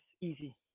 easy